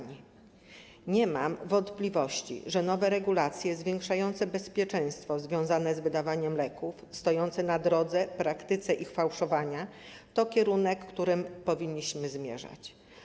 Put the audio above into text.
Nie mam wątpliwości, że nowe regulacje zwiększające bezpieczeństwo związane z wydawaniem leku, stojące na przeszkodzie, jeśli chodzi o praktykę ich fałszowania, to kierunek, w którym powinniśmy zmierzać.